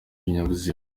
ibinyabuzima